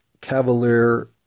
cavalier